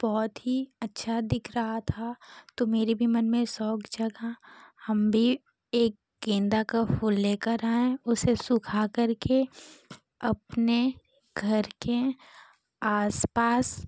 बहुत ही अच्छा दिख रहा था तो मेरे भी मन में शौक़ जगा हम भी एक गेंदा का फूल लेकर आए उसे सुखा कर के अपने घर के आस पास